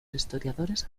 historiadores